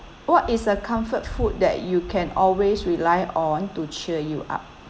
what is a comfort food that you can always rely on to cheer you up